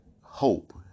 hope